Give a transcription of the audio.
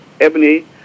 Ebony